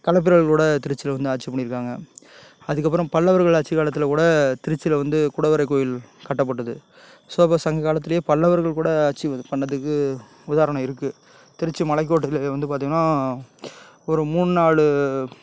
களப்பிரர்கள்கூட திருச்சியில் வந்து ஆட்சி பண்ணியிருக்காங்க அதுக்கப்புறம் பல்லவர்கள் ஆட்சி காலத்தில் கூடத் திருச்சியில் வந்து குடவரைக்கோயில் கட்டப்பட்டது ஸோ அப்போ சங்க காலத்துலேயே பல்லவர்கள்கூட ஆட்சி பண்ணதுக்கு உதாரணம் இருக்குது திருச்சி மலைக்கோட்டையில் வந்து பார்த்திங்கனா ஒரு மூணுநாலு